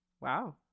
wow